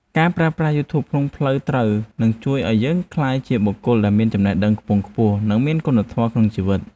ការប្រើប្រាស់យូធូបក្នុងផ្លូវត្រូវនឹងជួយឱ្យយើងក្លាយជាបុគ្គលដែលមានចំណេះដឹងខ្ពង់ខ្ពស់ និងមានគុណធម៌ក្នុងជីវិត។